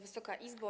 Wysoka Izbo!